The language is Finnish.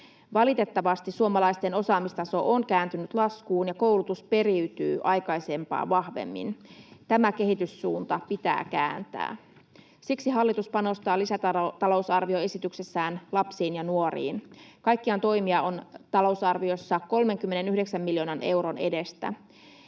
Valitettavasti suomalaisten osaamistaso on kääntynyt laskuun ja koulutus periytyy aikaisempaa vahvemmin. Tämä kehityssuunta pitää kääntää. Siksi hallitus panostaa lisätalousarvioesityksessään lapsiin ja nuoriin. Kaikkiaan toimia on talousarviossa 39 miljoonan euron edestä.